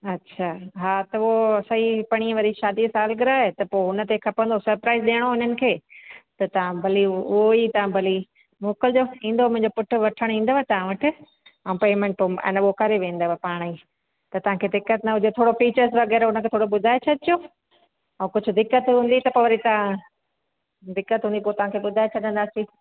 अच्छा हा त उओ असांजी पड़ीअं वरी शादीअ जी सालगिरह आए त पो उन ते खपंदो सरप्राइज़ ॾियणो हो हिननि खे त तव्हां भली उहेई तव्हां भली मोकिलजो ईंदो मुंहिंजो पुटु वठण ईंदव तव्हां वटि ऐं पेमेंट पोइ अन उहो करे वेंदव पाण ई त तव्हांखे दिक़तु न हुजे थोरो फ़ीचर्स वगै़रह हुनखे थोरो ॿुधाए छॾिजो ऐं कुझु दिक़तु हूंदी त पोइ वरी तव्हां दिक़तु हूंदी पोइ तव्हांखे ॿुधाए छॾंदासीं